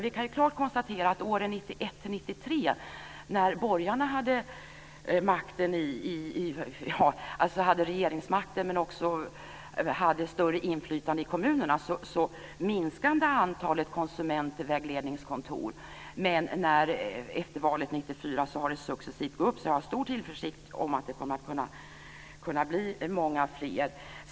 Vi kan klart konstatera att under åren 1991-1993, när borgarna hade regeringsmakten och också hade större inflytande i kommunerna så minskade antalet konsumentvägledningskontor. Men efter valet 1994 har antalet successivt ökat. Jag hyser därför stor tillförsikt om att det kommer att kunna bli många fler.